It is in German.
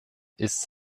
ist